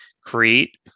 create